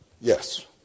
Yes